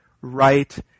right